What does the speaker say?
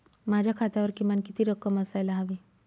माझ्या खात्यावर किमान किती रक्कम असायला हवी?